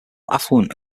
affluent